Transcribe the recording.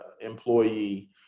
employee